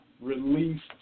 released